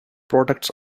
products